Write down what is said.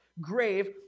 grave